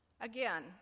Again